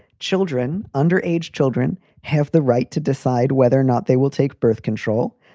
children under age children have the right to decide whether or not they will take birth control.